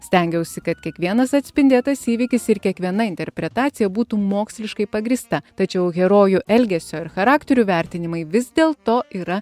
stengiausi kad kiekvienas atspindėtas įvykis ir kiekviena interpretacija būtų moksliškai pagrįsta tačiau herojų elgesio ir charakterių vertinimai vis dėlto yra